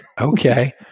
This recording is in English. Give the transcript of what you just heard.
Okay